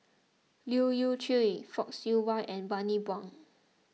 Leu Yew Chye Fock Siew Wah and Bani Buang